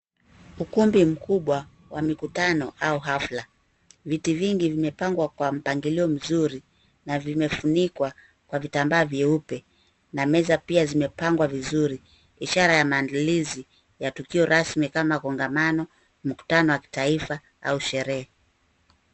Ukumbi mkubwa wa mikutano au hafla. Viti vingi vimepangwa kwa mpangilio mzuri na vimefunikwa kwa vitambaa vyeupe. Na meza pia zimepangwa vizuri ishara ya maandilizi ya tukio rasmi kama kongamano mkutano wa kitaifa au sherehe.